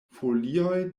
folioj